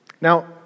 Now